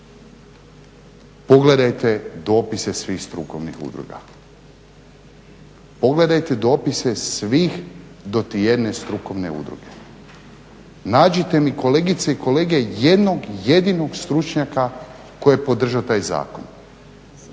pogledajte dopise svih strukovnih udruga, pogledajte dopise svih dotijedne strukovne udruge. Nađite mi kolegice i kolege jednog jedinog stručnjaka koji je podržao taj zakon.